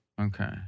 Okay